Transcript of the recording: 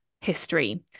history